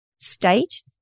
state